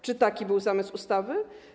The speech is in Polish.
Czy taki był zamysł ustawy?